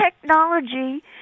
technology